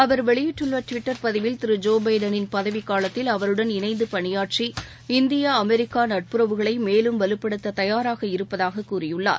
அவர் வெளியிட்டுள்ள டுவிட்டர் பதிவில் திரு ஜோ பைடனின் பதவிக்கூலத்தில் அவருடன் இணைந்து பனியாற்றி இந்தியா அமெரிக்கா நட்புறவுகளை மேலும் வலுப்படுத்த தயாராக இருப்பதாகக் கூறியுள்ளார்